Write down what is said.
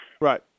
Right